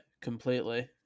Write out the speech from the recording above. completely